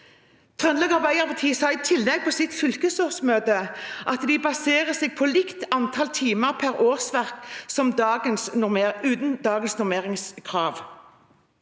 Trøndelag Arbeiderparti sa i tillegg på sitt fylkesårsmøte at de baserer seg på likt antall timer per årsverk uten dagens normeringskrav.